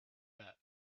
that